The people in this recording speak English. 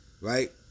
Right